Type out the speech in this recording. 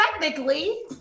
Technically